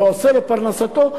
ועושה לפרנסתו,